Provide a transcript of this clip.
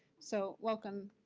so welcome,